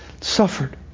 Suffered